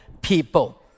people